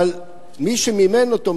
אבל מי שמימן אותו,